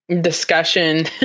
discussion